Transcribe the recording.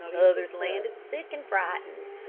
others landed sick and frightened.